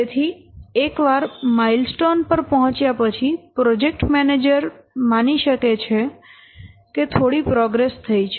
તેથી એક વાર માઈલસ્ટોન પર પહોંચ્યા પછી પ્રોજેક્ટ મેનેજર માની શકે છે કે થોડી પ્રોગ્રેસ થઈ છે